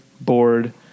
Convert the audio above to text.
board